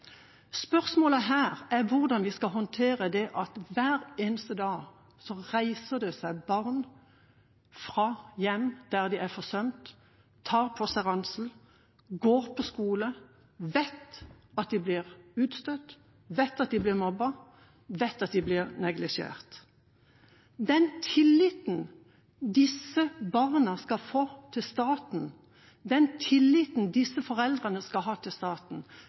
hvordan vi skal håndtere det at hver eneste dag reiser det barn fra hjem der de er forsømt, tar på seg ranselen, går på skolen, vet at de blir utstøtt, vet at de blir mobbet, vet at de blir neglisjert. Den tilliten disse barna skal ha til staten, den tilliten disse foreldrene skal ha til staten,